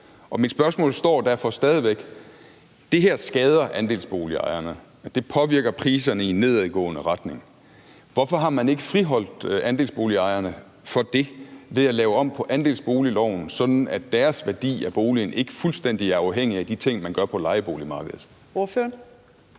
Og mit spørgsmål står derfor stadig væk. Det her skader andelsboligejerne, det påvirker priserne i en nedadgående retning. Hvorfor friholdt man ikke andelsboligejerne for det ved at lave om på andelsboligloven, sådan at deres værdi af boligen ikke er fuldstændig afhængig af de ting, man gør på lejeboligmarkedet?